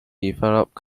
developed